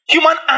Human